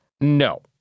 No